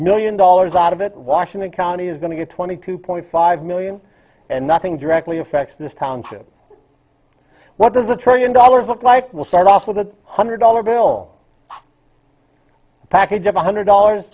million dollars out of it washington county is going to get twenty two point five million and nothing directly affects this township what does a trillion dollars look like we'll start off with a hundred dollar bill a package of one hundred dollars